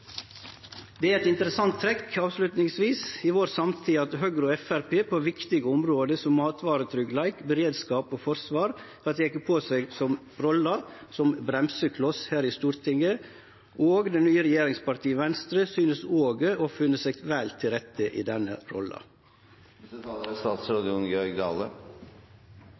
Det er eit interessant trekk i vår samtid at Høgre og Framstegspartiet på viktige område som matvaretryggleik, beredskap og forsvar har teke på seg rolla som bremsekloss her i Stortinget, og det nye regjeringspartiet, Venstre, synest òg å ha funne seg vel til rette i denne